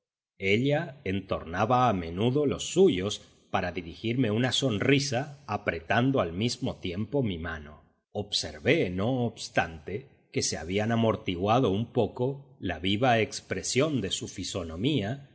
ella entornaba a menudo los suyos para dirigirme una sonrisa apretando al mismo tiempo mi mano observé no obstante que se había amortiguado un poco la viva expresión de su fisonomía